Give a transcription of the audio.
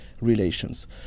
relations